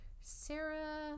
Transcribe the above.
Sarah